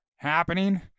Happening